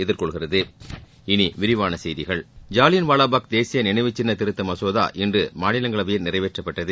எதிர்கொள்கிறது இனி விரிவான செய்திகள் ஜாலியன் வாலாபாக் தேசிய நினைவு சின்ன திருத்த மசோதா இன்று மாநிலங்களவையில் நிறைவேற்றப்பட்டது